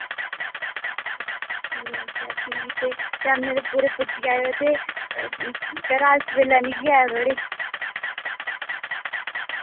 ठीक ऐ फ्ही ते टैमे दे पूरे पुज्जी जायो ते घरा सवेल्ला निकली जायो थोह्ड़ी